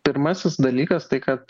pirmasis dalykas tai kad